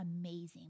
amazing